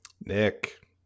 Nick